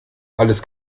alles